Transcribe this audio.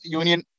union